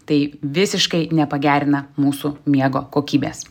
tai visiškai nepagerina mūsų miego kokybės